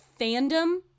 fandom